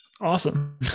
awesome